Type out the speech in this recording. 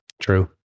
True